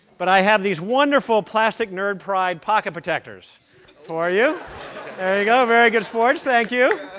but i have these wonderful plastic nerd pride pocket protectors for you. there you go, very good sports. thank you,